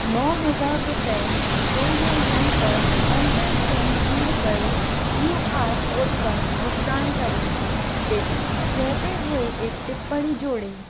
नौ हज़ार रुपये PayU money पर अंतिम स्कैन किए गए क्यू आर कोड पर भुगतान करें टिप कहते हुए एक टिप्पणी जोड़े